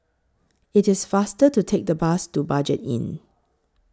IT IS faster to Take The Bus to Budget Inn